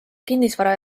kinnisvara